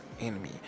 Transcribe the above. Enemy